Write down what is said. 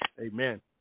Amen